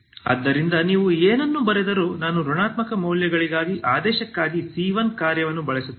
ಆದ್ದರಿಂದ ನೀವು ಏನನ್ನು ಬರೆದರೂ ನಾನು ಋಣಾತ್ಮಕ ಮೌಲ್ಯಗಳಿಗಾಗಿ ಆದೇಶಕ್ಕಾಗಿ c1ಕಾರ್ಯವನ್ನು ಬಳಸುತ್ತೇನೆ